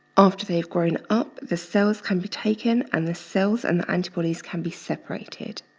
after they've grown up, the cells can be taken, and the cells and the antibodies can be separated.